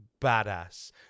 badass